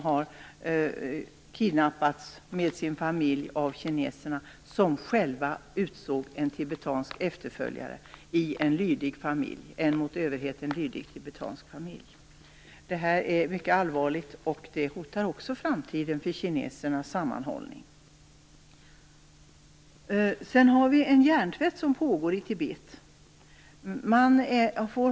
Han kidnappades med sin familj av kineserna som själva utsåg en tibetansk efterföljare från en mot överheten lydig tibetansk familj. Detta är mycket allvarligt. Det hotar också framtiden för sammanhållningen i Tibet. Sedan pågår det en hjärntvätt i Tibet.